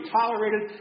tolerated